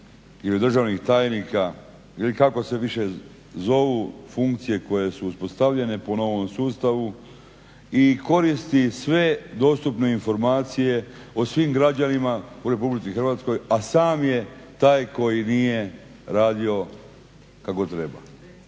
ili državnih tajnika ili kako se više zovu funkcije koje su uspostavljene po novom sustavu i koristi sve dostupne informacije o svim građanima u Republici Hrvatskoj, a sam je taj koji nije radio kako treba.